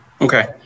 Okay